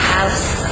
House